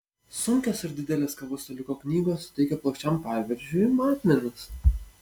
sunkios ir didelės kavos staliuko knygos suteikia plokščiam paviršiui matmenis